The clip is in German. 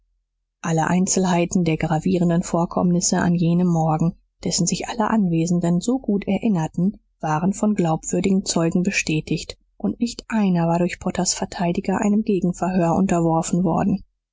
alle einzelheiten der gravierenden vorkommnisse an jenem morgen dessen sich alle anwesenden so gut erinnerten waren von glaubwürdigen zeugen bestätigt und nicht einer war durch potters verteidiger einem gegenverhör unterworfen worden